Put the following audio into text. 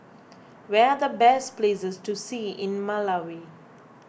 where are the best places to see in Malawi